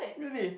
really